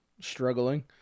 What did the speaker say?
struggling